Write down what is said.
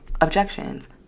objections